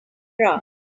bra